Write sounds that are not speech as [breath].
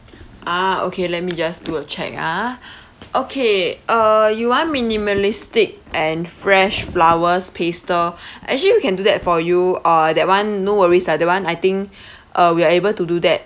ah okay let me just do a check ah okay uh you want minimalistic and fresh flowers pastel [breath] actually we can do that for you uh that [one] no worries lah that [one] I think [breath] uh we are able to do that